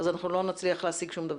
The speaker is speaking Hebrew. אנחנו לא נצליח להשיג שום דבר.